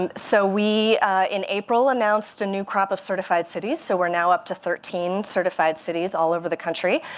and so we in april announced a new crop of certified cities. so we're now up to thirteen certified cities all over the country.